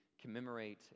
commemorate